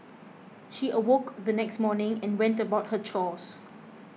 she awoke the next morning and went about her chores